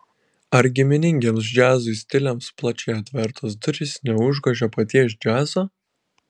ar giminingiems džiazui stiliams plačiai atvertos durys neužgožia paties džiazo